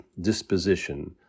disposition